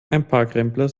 einparkrempler